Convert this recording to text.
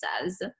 says